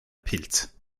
pilz